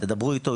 דברו איתו,